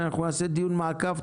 אנחנו נעשה דיון מעקב.